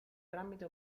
tramite